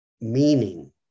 meaning